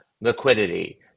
liquidity